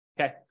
okay